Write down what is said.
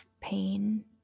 pain